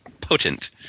potent